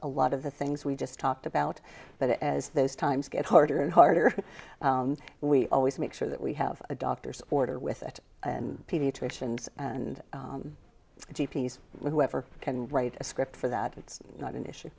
a lot of the things we just talked about but as those times get harder and harder we always make sure that we have a doctor's order with that pediatricians and g p s with whoever can write a script for that it's not an issue